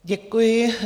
Děkuji.